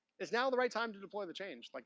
is now the right time to deploy the change? like,